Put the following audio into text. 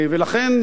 ולכן,